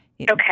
Okay